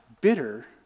bitter